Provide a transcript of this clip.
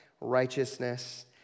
righteousness